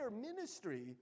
ministry